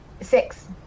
Six